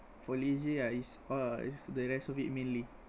for leisure ah is all is the rest of it mainly